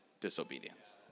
disobedience